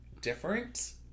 different